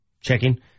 Checking